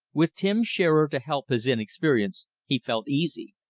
with tim shearer to help his inexperience, he felt easy.